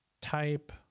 type